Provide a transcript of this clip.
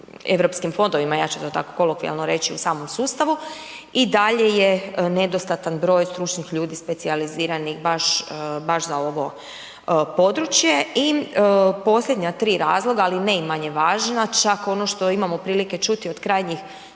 europskim fondovima, ja ću ti tako kolokvijalno reći u samom sustavu, i dalje je nedostatan broj stručnih ljudi specijaliziranih baš za ovo područje i posljednja tri razloga ali ne i manje važna, čak ono što imamo prilike čuti od krajnjih